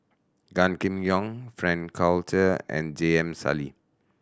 Gan Kim Yong Frank Cloutier and J M Sali